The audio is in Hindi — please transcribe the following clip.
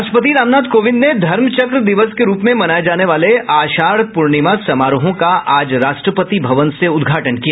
राष्ट्रपति राम नाथ ने कोविंद धर्म चक्र दिवस के रूप में मनाए जाने वाले आषाढ़ पूर्णिमा समारोहों का आज राष्ट्रपति भवन से उद्घाटन किया